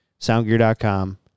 soundgear.com